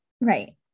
Right